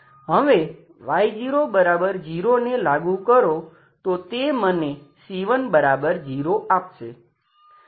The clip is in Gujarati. હવે Y00 ને લાગુ કરો તો તે મને c10 આપશે